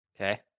Okay